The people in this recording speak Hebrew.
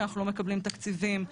שאנחנו לא מקבלים תקציבים,